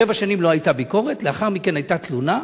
שבע שנים לא היתה ביקורת, לאחר מכן היתה תלונה,